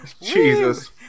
Jesus